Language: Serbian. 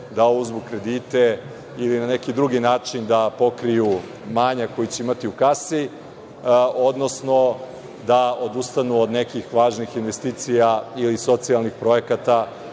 da uzmu kredite i na neki drugi način da pokriju manjak koji će imati u kasi, odnosno da odustanu od nekih važnih investicija ili socijalnih projekata